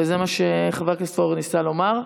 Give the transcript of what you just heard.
וזה מה שחבר הכנסת פורר ניסה לומר.